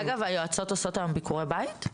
אגב, היועצות עושות ביקורי בית?